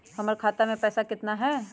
हमर खाता मे पैसा केतना है?